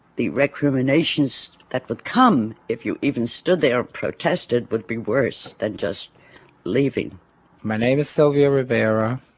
the recriminations that would come if you even stood there protested would be worse than just leaving my name is sylvia rivera.